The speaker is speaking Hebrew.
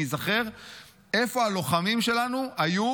כדי שניזכר איפה הלוחמים שלנו היו